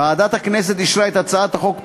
ועדת הכנסת אישרה את הצעת החוק פה-אחד,